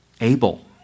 Abel